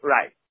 Right